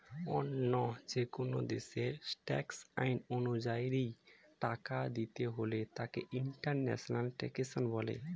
অন্য যেকোন দেশের ট্যাক্স আইন অনুযায়ী টাকা দিতে হলে তাকে ইন্টারন্যাশনাল ট্যাক্সেশন বলে